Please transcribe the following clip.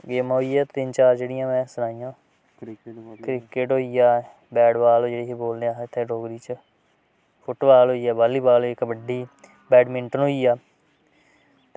गेमां उऐ जेह्ड़ी तीन चार में सनाइयां क्रिकेट होइया बैट बॉल जिसी इत्थें बोलने डोगरी च फुटबॉल होइया बॉलीबॉल होइया कबड्डी बैडमिंटन होइया